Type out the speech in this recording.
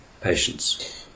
patients